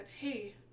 hey